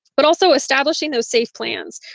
but also establishing those safe plans,